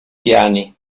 piani